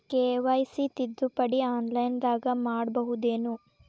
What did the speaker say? KYC ತಿದ್ದುಪಡಿ ಆನ್ಲೈನದಾಗ್ ಮಾಡ್ಬಹುದೇನು?